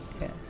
Yes